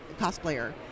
cosplayer